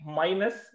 minus